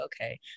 okay